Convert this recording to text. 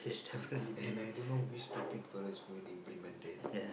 and I don't know which stupid fella is going to implement that